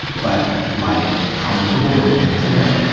but like comfortable and intimate.